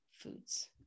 foods